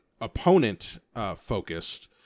opponent-focused